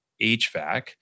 HVAC